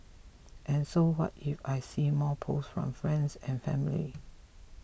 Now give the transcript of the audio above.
and so what if I see more posts from friends and family